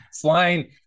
flying